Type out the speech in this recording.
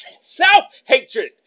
self-hatred